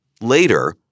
Later